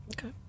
okay